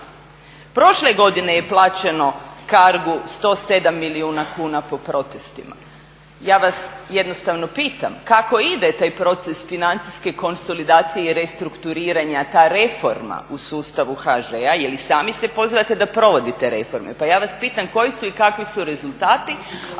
Prošle godine je plaćeno Cargo-u 107 milijuna kuna po protestima. Ja vas jednostavno pitam kako ide taj proces financijske konsolidacije i restrukturiranja, ta reforma u sustavu HŽ-a, jel i sami se pozivate da provodite reforme. Pa ja vas pitam koji su i kakvi su rezultati,